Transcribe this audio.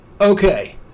Okay